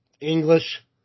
English